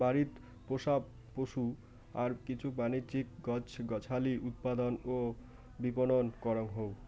বাড়িত পোষা পশু আর কিছু বাণিজ্যিক গছ গছালি উৎপাদন ও বিপণন করাং হই